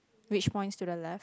which points to the left